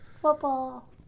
Football